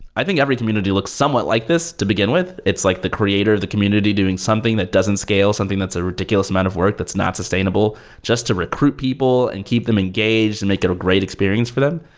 i think every community looks somewhat like this to begin with. it's like the creator of the community doing something that doesn't scale. something that's a ridiculous amount of work that's not sustainable just to recruit people and keep them engaged and make it a great experience for them.